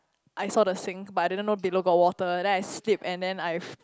I saw the sink but I didn't know below got water then I slip and then I f~